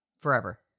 forever